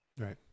Right